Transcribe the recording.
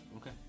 Okay